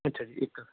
ਅੱਛਾ ਜੀ ਇੱਕ